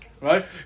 right